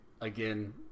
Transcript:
again